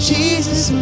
Jesus